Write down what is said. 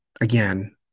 again